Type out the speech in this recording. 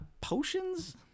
potions